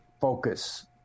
focus